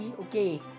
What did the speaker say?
okay